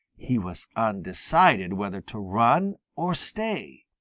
he was undecided whether to run or stay.